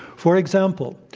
for example,